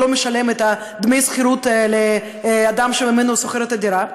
לא משלם את דמי השכירות לאדם שממנו הוא שוכר את הדירה?